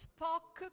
Spock